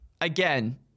Again